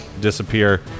disappear